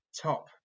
top